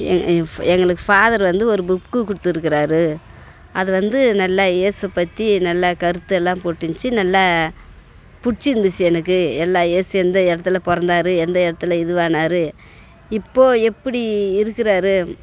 ஏ ஏஃப் எங்களுக்கு ஃபாதர் வந்து ஒரு புக்கு கொடுத்துருக்குறாரு அது வந்து நல்லா இயேசு பற்றி நல்லா கருத்தெல்லாம் போட்டுருந்துச்சு நல்ல பிடிச்சிருந்துச்சி எனக்கு எல்லா இயேசு எந்த இடத்துல பிறந்தாரு எந்த இடத்துல இதுவானார் இப்போது எப்படி இருக்கிறாரு